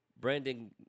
Brandon